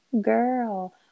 girl